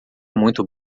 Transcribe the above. muito